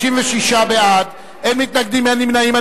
56 בעד, אין מתנגדים, אין נמנעים.